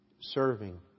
serving